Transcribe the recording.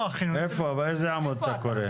באיזה עמוד אתה קורא?